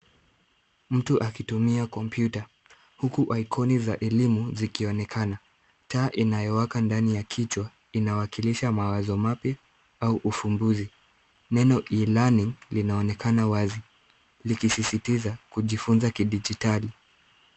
Mtu akitumia kompyuta huku aikoni za elimu ikionekana. Taa inayowaka ndani ya kichwa inawakilisha mawazo mapya au ufumbuzi. Neno e-learning linaonekana wazi likisisitiza kujifunza kidijitali.